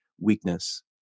weakness